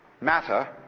matter